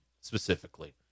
specifically